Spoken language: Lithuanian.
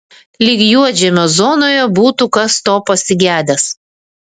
lyg juodžemio zonoje būtų kas to pasigedęs